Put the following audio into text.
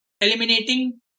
eliminating